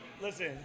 Listen